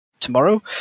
tomorrow